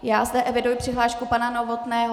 Já zde eviduji přihlášku pana Novotného.